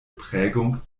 prägung